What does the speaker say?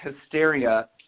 hysteria